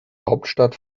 hauptstadt